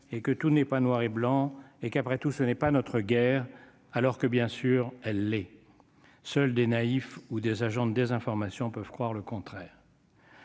et que tout n'est pas noir et blanc et qu'après tout ce n'est pas notre guerre alors que bien sûr elle est seule des naïfs ou des agents de désinformation peuvent croire le contraire.